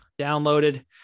downloaded